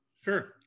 Sure